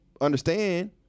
understand